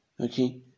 okay